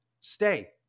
stay